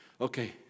Okay